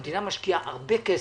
המדינה משקיעה הרבה כסף.